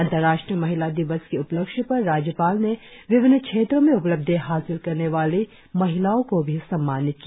अंतर्राष्ट्रीय महिला दिवस के उपलक्ष्य पर राज्यपाल ने विभिन्न क्षेत्रों में उपलब्धि हासिल करने वाली महिलाओं को भी सम्मानित किया